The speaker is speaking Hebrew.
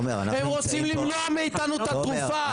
הם רוצים למנוע מאיתנו את התרופה.